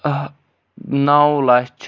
نَو لَچھ